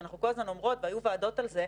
שאנחנו כל הזמן אומרות והיו ועדות על זה,